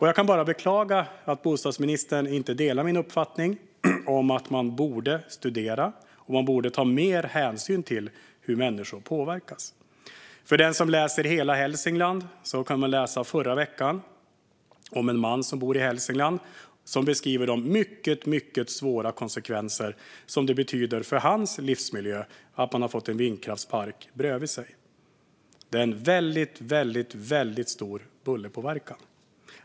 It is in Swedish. Jag kan bara beklaga att bostadsministern inte delar min uppfattning: att man borde studera och ta mer hänsyn till hur människor påverkas. I Hela Hälsingland kunde man förra veckan läsa om en man som bor i Hälsingland och som beskrev de mycket svåra konsekvenserna för hans livsmiljö det har inneburit att få en vindkraftspark bredvid sig. Det är väldigt stor bullerpåverkan.